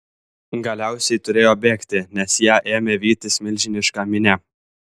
galiausiai turėjo bėgti nes ją ėmė vytis milžiniška minia